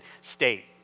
state